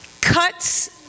cuts